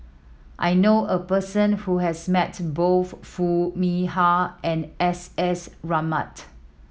I knew a person who has met both Foo Mee Har and S S